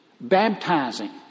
Baptizing